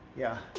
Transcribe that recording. yeah.